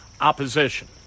opposition